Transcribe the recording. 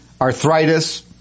arthritis